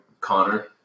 Connor